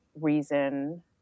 reason